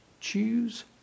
choose